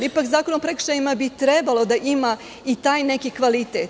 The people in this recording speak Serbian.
Ipak, Zakon o prekršajima bi trebalo da ima i taj neki kvalitet.